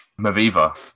Maviva